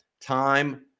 time